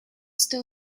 still